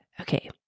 okay